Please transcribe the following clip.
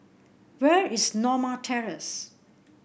where is Norma Terrace